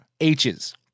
H's